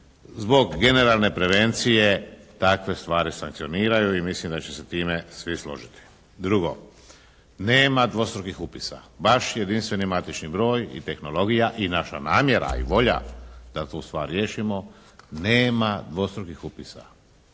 zbog generalne prevencije takve stvari sankcioniraju i mislim da će se s time svi složiti. Drugo, nema dvostrukih upisa. Baš jedinstveni matični broj i tehnologija i naša namjera i volja da tu stvar riješimo, nema dvostrukih upisa.